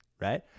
right